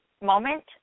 moment